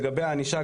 לגבי הענישה,